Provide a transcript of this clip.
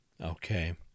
Okay